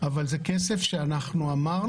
אבל זה כסף שאמרנו